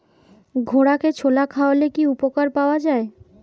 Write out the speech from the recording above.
ঘোড়াকে ছোলা খাওয়ালে কি উপকার পাওয়া যায়?